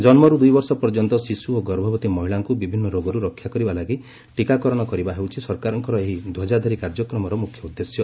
ଜନ୍ମରୁ ଦୁଇ ବର୍ଷ ପର୍ଯ୍ୟନ୍ତ ଶିଶୁ ଓ ଗର୍ଭବତୀ ମହିଳାଙ୍କୁ ବିଭିନ୍ନ ରୋଗରୁ ରକ୍ଷା କରିବା ଲାଗି ଟୀକାକରଣ କରିବା ହେଉଛି ସରକାରଙ୍କର ଏହି ଧ୍ୱଜାଧାରୀ କାର୍ଯ୍ୟକ୍ରମର ମୁଖ୍ୟ ଉଦ୍ଦେଶ୍ୟ